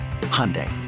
Hyundai